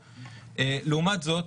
(שקף: אופן קיום דיוני ועדות השחרורים אוקטובר 20 מאי 21). לעומת זאת,